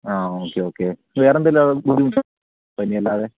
ആ okay okay വേറെയെന്തെങ്കിലും ബുദ്ധിമുട്ടുണ്ടോ പനി അല്ലാതെ